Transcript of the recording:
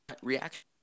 Reaction